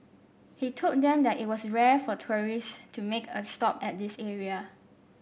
he told them that it was rare for tourists to make a stop at this area